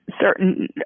certain